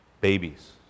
babies